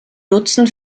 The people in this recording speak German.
nutzen